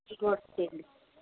ఇంకొకటి ఇచ్చేయండి